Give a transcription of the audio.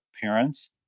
parents